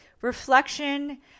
Reflection